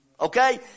Okay